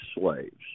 slaves